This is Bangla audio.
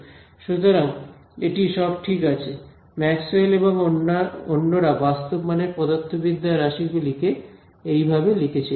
সুতরাং এটি সব ঠিক আছে ম্যাক্সওয়েল এবং অন্যরা বাস্তব মানের পদার্থবিদ্যার রাশি গুলি কে এইভাবে লিখেছিলেন